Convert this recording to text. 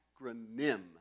acronym